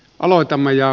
aloitamme ja